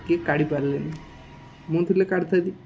କିଏ କାଢ଼ିପାରିଲେନି ମୁଁ ଥିଲେ କାଢ଼ିଥାନ୍ତି